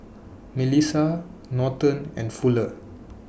Milissa Norton and Fuller